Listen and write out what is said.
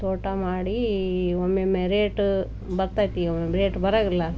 ತೋಟ ಮಾಡಿ ಒಮ್ಮೊಮ್ಮೆ ರೇಟು ಬರ್ತದೆ ಒಮ್ಮೊಮ್ಮೆ ರೇಟ್ ಬರೋಂಗಿಲ್ಲ